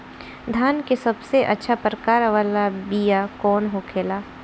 धान के सबसे अच्छा प्रकार वाला बीया कौन होखेला?